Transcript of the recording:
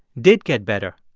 did get better.